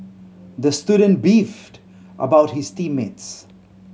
the student beefed about his team mates